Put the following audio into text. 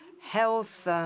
health